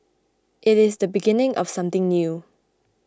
it is the beginning of something new